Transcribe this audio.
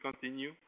continue